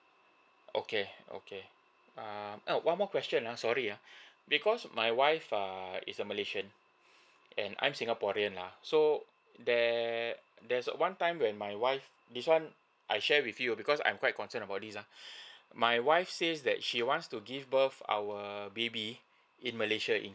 okay okay err oh one more question uh sorry uh because my wife err is a malaysian and I'm singaporean lah so there there's a one time when my wife this one I share with you because I'm quite concerned about this uh my wife says that she wants to give birth our baby in malaysia in